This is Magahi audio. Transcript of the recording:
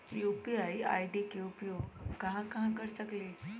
यू.पी.आई आई.डी के उपयोग हम कहां कहां कर सकली ह?